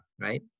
right